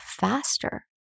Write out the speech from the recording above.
faster